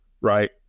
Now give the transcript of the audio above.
right